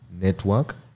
network